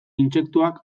intsektuak